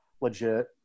legit